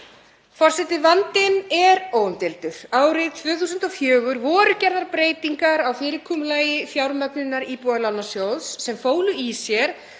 Forseti. Vandinn er óumdeildur. Árið 2004 voru gerðar breytingar á fyrirkomulagi fjármögnunar Íbúðalánasjóðs sem fólu í sér